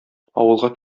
авылга